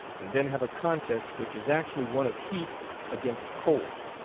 and then have a contest which is actually one of heat against cold.